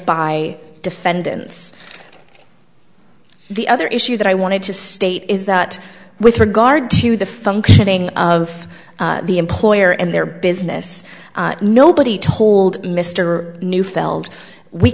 by defendants the other issue that i wanted to state is that with regard to the functioning of the employer and their business nobody told mr neufeld we